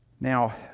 Now